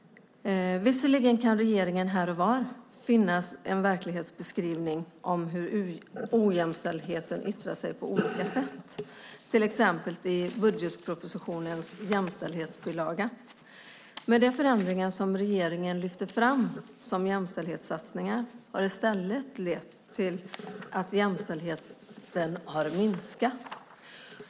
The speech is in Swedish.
Visserligen kan det i regeringen här och var finnas en verklighetsbeskrivning av hur ojämställdheten yttrar sig på olika sätt, till exempel i budgetpropositionens jämställdhetsbilaga. Men den förändring som regeringen lyfter fram som jämställdhetssatsningar har i stället lett till att jämställdheten har minskat.